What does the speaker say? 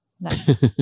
Nice